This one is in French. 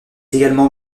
également